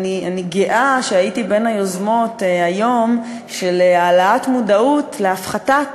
גאה שהייתי בין יוזמות היום להעלאת המודעות להפחתת